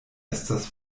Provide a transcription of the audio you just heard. estas